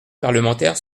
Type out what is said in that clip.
parlementaire